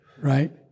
right